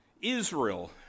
Israel